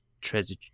treasure